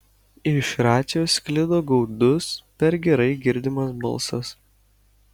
iš racijos sklido gaudus per gerai girdimas balsas